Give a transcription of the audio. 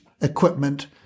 equipment –